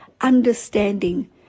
understanding